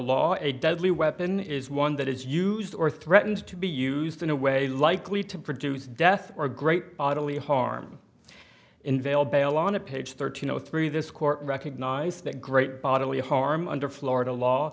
law a deadly weapon is one that is used or threatened to be used in a way likely to produce death or great bodily harm in vale bail on a page thirteen zero three this court recognized that great bodily harm under florida law